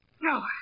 No